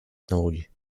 технологий